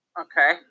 Okay